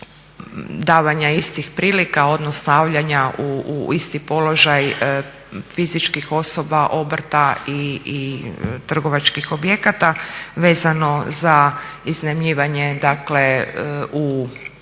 davanja istih prilika od stavljanja u isti položaj fizičkih osoba obrta i trgovačkih objekata vezano za iznajmljivanje u